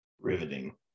Riveting